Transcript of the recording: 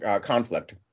conflict